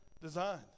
design